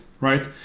right